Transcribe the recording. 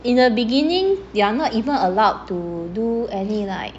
in the beginning they're are not even allowed to do any like